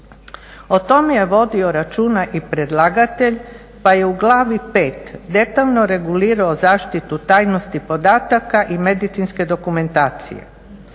O tome je vodio računa i predlagatelj pa je u Glavi V. detaljno regulirao zaštitu tajnosti podataka i medicinske dokumentacije.